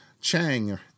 Chang